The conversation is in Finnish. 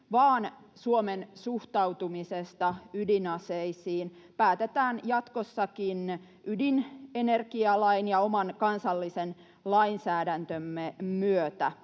vaan Suomen suhtautumisesta ydinaseisiin päätetään jatkossakin ydinenergialain ja oman kansallisen lainsäädäntömme ja